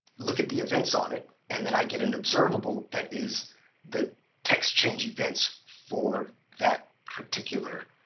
look at the events on it, and then i get an observable, that is the text change events for that particular